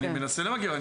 אני מנסה למגר.